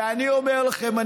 ואני אומר לכם,